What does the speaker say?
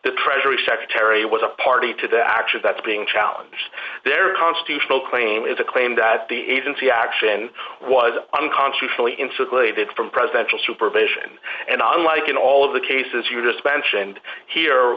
the treasury secretary was a party to the action that's being challenged their constitutional claim is a claim that the agency action was unconstitutional insulated from presidential supervision and on like in all of the cases you just mentioned here